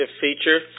feature